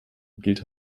gilt